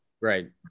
right